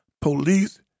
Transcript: police